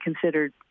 considered